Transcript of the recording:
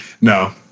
No